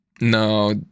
No